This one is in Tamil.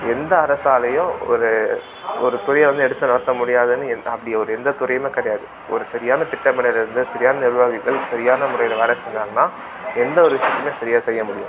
எந்த அரசாலையும் ஒரு ஒரு துறையை வந்து எடுத்து நடத்த முடியாதுனு எந் அப்படி ஒரு எந்த துறையுமே கிடையாது ஒரு சரியான திட்டமிடல் இருந்து சரியான நிர்வாகித்தல் சரியான முறையில் வேலை செஞ்சாங்கன்னால் எந்த ஒரு விஷயத்தையுமே சரியாக செய்ய முடியும்